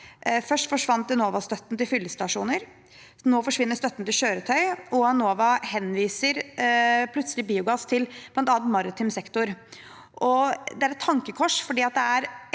Først forsvant Enova-støtten til fyllestasjoner, nå forsvinner støtten til kjøretøy, og Enova henviser plutselig biogass til bl.a. maritim sektor. Det er et tankekors, for det er